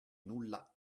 nulla